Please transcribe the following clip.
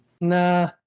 Nah